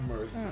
mercy